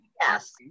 Yes